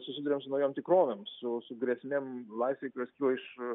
susiduriam su naujom tikrovėm su su grėsmėm laisvei kurios kyla iš